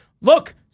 look